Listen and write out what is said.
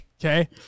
Okay